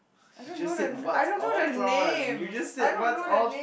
you just said what's Ultron you just said what's Ultron